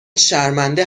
شرمنده